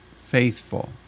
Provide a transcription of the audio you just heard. faithful